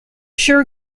sure